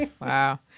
Wow